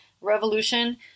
revolution